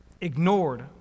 ignored